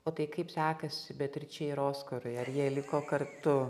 o tai kaip sekasi beatričei ir oskarui ar jie liko kartu